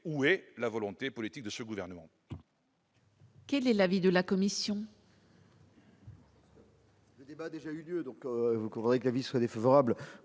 où est la volonté politique de ce gouvernement. Quel est l'avis de la commission. Le débat a déjà eu lieu, donc vous courez que la vie soit défavorable,